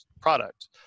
product